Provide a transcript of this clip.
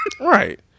Right